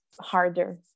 harder